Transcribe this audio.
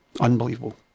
Unbelievable